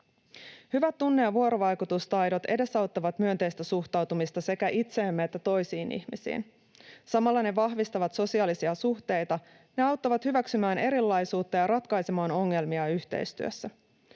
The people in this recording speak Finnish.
Hyvät tunne‑ ja vuorovaikutustaidot edesauttavat myönteistä suhtautumista sekä itseemme että toisiin ihmisiin. Samalla ne vahvistavat sosiaalisia suhteita ja auttavat hyväksymään erilaisuutta ja ratkaisemaan ongelmia yhteistyössä.